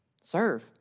Serve